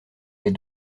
les